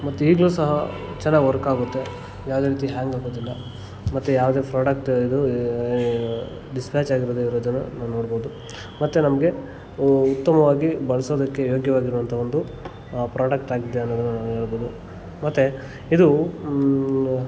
ಮತ್ತು ಈಗಲೂ ಸಹ ಚೆನ್ನಾಗ್ ವರ್ಕಾಗುತ್ತೆ ಯಾವುದೇ ರೀತಿ ಹ್ಯಾಂಗ್ ಆಗೋದಿಲ್ಲ ಮತ್ತು ಯಾವುದೇ ಫ್ರೊಡಕ್ಟ್ ಇದು ಡಿಸ್ಪ್ಯಾಚ್ ಆಗಿರೊದೇ ಇರೋದನ್ನು ನಾವು ನೋಡ್ಬೋದು ಮತ್ತು ನಮಗೆ ಉತ್ತಮವಾಗಿ ಬಳಸೋದಕ್ಕೆ ಯೋಗ್ಯವಾಗಿರುವಂಥ ಒಂದು ಪ್ರೊಡಕ್ಟಾಗಿದೆ ಅನ್ನೋದನ್ನು ನಾವು ಹೇಳ್ಬೋದು ಮತ್ತು ಇದು